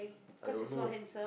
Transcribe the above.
I don't know lah